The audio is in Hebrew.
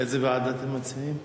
איזו ועדה אתם מציעים?